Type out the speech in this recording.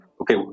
okay